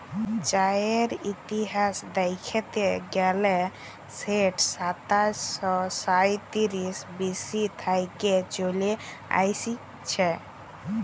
চাঁয়ের ইতিহাস দ্যাইখতে গ্যালে সেট সাতাশ শ সাঁইতিরিশ বি.সি থ্যাইকে চলে আইসছে